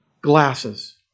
glasses